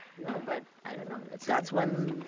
no, but. i don't know. that's that's when.